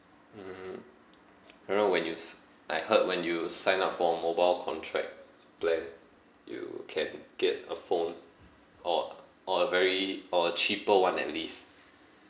mm when you s~ I heard when you sign up for a mobile contract like you can get a phone or uh or a very or a cheaper one at least